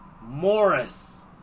Morris